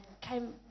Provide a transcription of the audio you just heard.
came